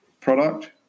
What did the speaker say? Product